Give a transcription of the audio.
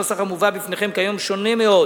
הנוסח המובא בפניכם כיום שונה מאוד